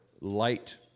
light